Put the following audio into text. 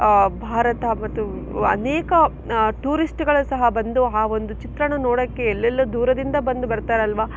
ಭಾರತ ಮತ್ತು ಅನೇಕ ಟೂರಿಸ್ಟ್ಗಳು ಸಹ ಬಂದು ಆ ಒಂದು ಚಿತ್ರಣ ನೋಡೋಕ್ಕೆ ಎಲ್ಲೆಲ್ಲೋ ದೂರದಿಂದ ಬಂದು ಬರ್ತಾರಲ್ವ